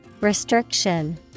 Restriction